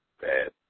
bad